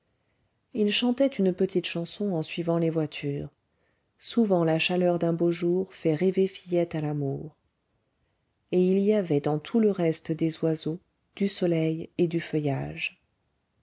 il chantait une petite chanson en suivant les voitures souvent la chaleur d'un beau jour fait rêver fillette à l'amour et il y avait dans tout le reste des oiseaux du soleil et du feuillage